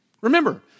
Remember